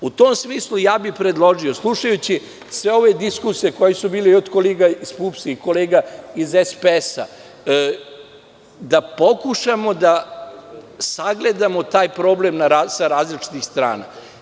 U tom smislu bih predložio, slušajući sve ove diskusije koje su bile i od kolega iz PUPS i kolega iz SPS, da pokušamo da sagledamo taj problem sa različitih strana.